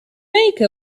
make